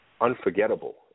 unforgettable